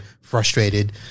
frustrated